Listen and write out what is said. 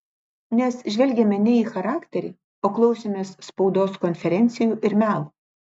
nes žvelgiame ne į charakterį o klausomės spaudos konferencijų ir melo